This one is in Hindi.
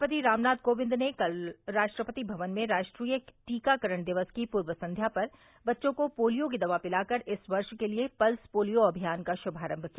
राष्ट्रपति रामनाथ कोविंद ने कल राष्ट्रपति भवन में राष्ट्रीय टीकाकरण दिवस की पूर्व संध्या पर बच्चों को पोलियो की दवा पिलाकर इस वर्ष के लिए पल्स पोलियो अमियान का श्मारंभ किया